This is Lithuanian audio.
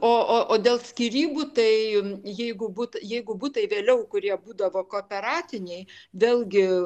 o o o dėl skyrybų tai jeigu but jeigu butai vėliau kurie būdavo kooperatiniai vėlgi